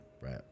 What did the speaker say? right